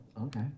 okay